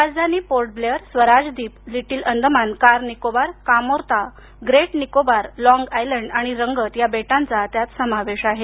राजधानी Port Blair Swaraj Dweep Little Andaman Car Nicobar Kamorta Great Nicobar Long Island आणि रंगत या बेटांचा त्यात समावेश आहे